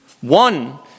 One